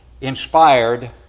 inspired